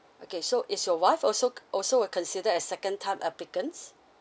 okay so is your wife also also considered as second time applicants